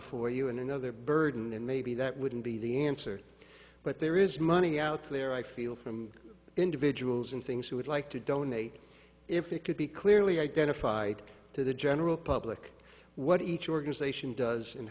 for you and another burden and maybe that wouldn't be the answer but there is money out there i feel from individuals and things who would like to donate if it could be clearly identified to the general public what each organization does and